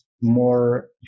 more